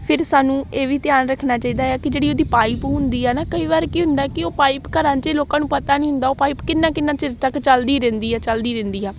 ਫਿਰ ਸਾਨੂੰ ਇਹ ਵੀ ਧਿਆਨ ਰੱਖਣਾ ਚਾਹੀਦਾ ਆ ਕਿ ਜਿਹੜੀ ਉਹਦੀ ਪਾਈਪ ਹੁੰਦੀ ਆ ਨਾ ਕਈ ਵਾਰ ਕੀ ਹੁੰਦਾ ਕਿ ਉਹ ਪਾਈਪ ਘਰਾਂ 'ਚ ਲੋਕਾਂ ਨੂੰ ਪਤਾ ਨਹੀਂ ਹੁੰਦਾ ਉਹ ਪਾਈਪ ਕਿੰਨਾ ਕਿੰਨਾ ਚਿਰ ਤੱਕ ਚਲਦੀ ਰਹਿੰਦੀ ਆ ਚਲਦੀ ਰਹਿੰਦੀ ਆ